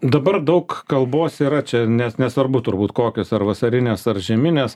dabar daug kalbos yra čia nes nesvarbu turbūt kokios ar vasarinės ar žeminės